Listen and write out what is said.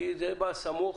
כי זה בא בסמוך.